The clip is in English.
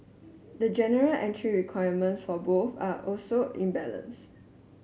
the general entry requirements for both are also imbalanced